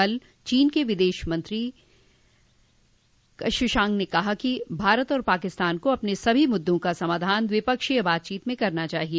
कल चीन के विदेश मंत्री कं षुगांग ने कहा कि भारत और पाकिस्तान को अपने सभी मुद्दों का समाधान द्विपक्षोय बातचीत से करना चाहिए